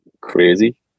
crazy